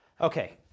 Okay